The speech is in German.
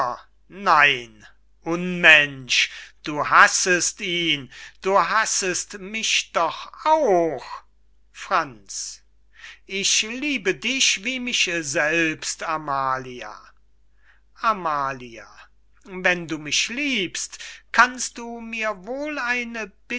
nein unmensch du hassest ihn du hassest mich doch auch franz ich liebe dich wie mich selbst amalia amalia wenn du mich liebst kannst du mir wohl eine